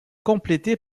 complétées